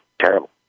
terrible